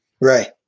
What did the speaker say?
Right